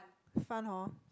fun hor